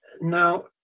Now